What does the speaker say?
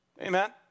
Amen